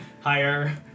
Higher